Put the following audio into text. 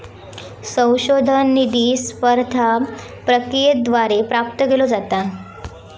संशोधन निधी स्पर्धा प्रक्रियेद्वारे प्राप्त केलो जाता